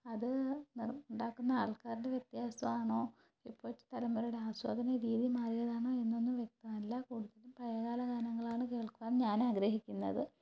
അത് ഉണ്ടാക്കുന്ന ആൾക്കാരുടെ വ്യത്യാസമാണോ ഇപ്പോഴത്തെ തലമുറയുടെ ആസ്വാദന രീതി മാറിയതാണോ എന്നൊന്നും വ്യക്തമല്ല കൂടുതലും പഴയകാല ഗാനങ്ങൾ ആണ് കേൾക്കുവാൻ ഞാൻ ആഗ്രഹിക്കുന്നത്